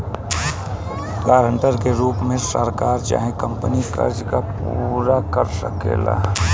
guarantor के रूप में सरकार चाहे कंपनी कर्जा के पूरा कर सकेले